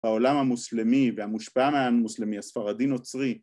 העולם המוסלמי והמושפע מהמוסלמי, הספרדי נוצרי